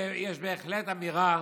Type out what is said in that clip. ויש בהחלט אמירה